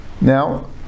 Now